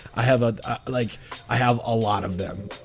i have ah ah like i have a lot of them.